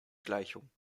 gleichung